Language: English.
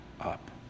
up